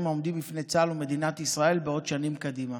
העומדים בפני צה"ל ומדינת ישראל בעוד שנים קדימה.